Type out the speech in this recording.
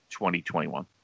2021